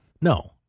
No